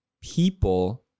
people